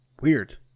Weird